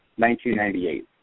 1998